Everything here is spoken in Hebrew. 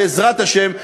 בעזרת השם,